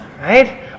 Right